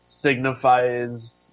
signifies